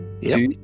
two